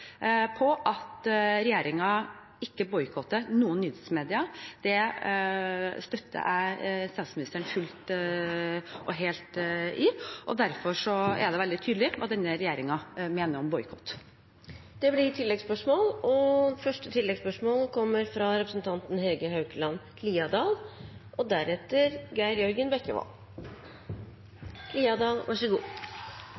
på at regjeringen ikke boikotter noen nyhetsmedier. Det støtter jeg statsministeren fullt og helt i, og derfor er det veldig tydelig hva denne regjeringen mener om boikott. Det blir oppfølgingsspørsmål – først Hege Haukeland Liadal. Jeg vil minne om 30. januar 2017, da vi leste i Aftenposten: «Justisminister og